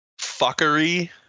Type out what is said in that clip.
fuckery